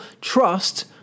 trust